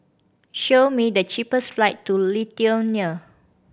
show me the cheapest flight to Lithuania